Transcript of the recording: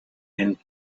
and